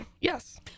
Yes